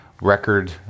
record